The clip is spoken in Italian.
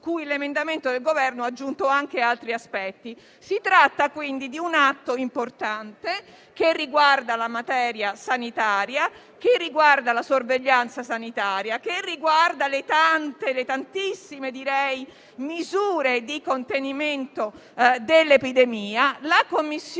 cui l'emendamento del Governo ha aggiunto anche altri aspetti. Si tratta quindi di un atto importante che riguarda la materia sanitaria, la sorveglianza sanitaria e le tantissime misure di contenimento dell'epidemia. La Commissione